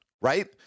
right